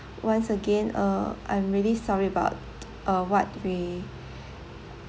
once again uh I'm really sorry about uh what we